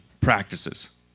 practices